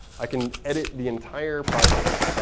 i can edit the entire project.